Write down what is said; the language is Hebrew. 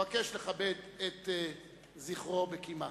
אבקש לכבד את זכרו בקימה.